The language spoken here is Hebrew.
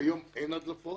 כיום אין הדלפות.